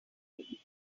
make